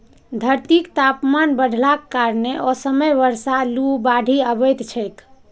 धरतीक तापमान बढ़लाक कारणें असमय बर्षा, लू, बाढ़ि अबैत छैक